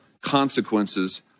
consequences